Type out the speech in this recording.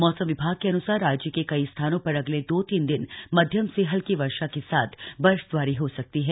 मौसम विभाग के अनुसार राज्य के कई स्थानों पर अगले दो तीन दिन मध्यम से हल्की वर्षा के साथ बर्फबारी हो सकती है